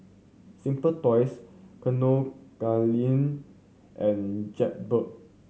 Simply Toys Kinokuniya and Jaybird